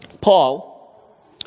Paul